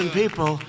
people